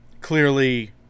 clearly